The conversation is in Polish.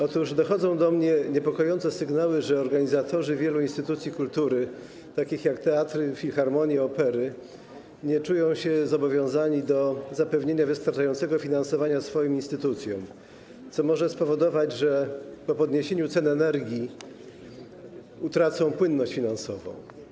Otóż dochodzą do mnie niepokojące sygnały, że organizatorzy wielu instytucji kultury, takich jak teatry, filharmonie i opery, nie czują się zobowiązani do zapewnienia wystarczającego finansowania swoim instytucjom, co może spowodować, że po podniesieniu cen energii utracą płynność finansową.